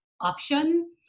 option